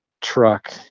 truck